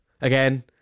again